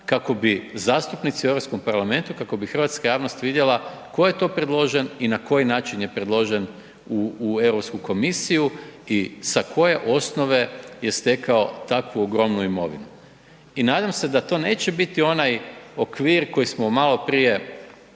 kako bi zastupnici u EU parlamentu kako bi hrvatska javnost vidjela tko je to predložen i na koji način je predložen u EU komisiju i sa koje osnove je stekao takvu ogromnu imovinu. I nadam se da to neće biti onaj okvir koji smo maloprije